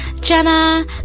Jenna